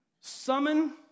Summon